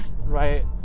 right